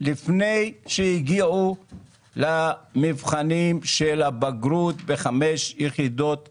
לפני שהגיעו למבחני הבגרות ב-5 יחידות מוזיקה.